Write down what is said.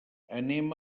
anem